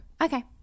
Okay